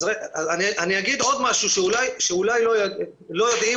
אני אגיד עוד משהו שאולי לא יודעים